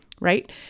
right